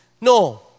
No